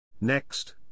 Next